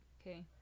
Okay